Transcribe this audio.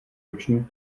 ruční